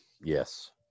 Yes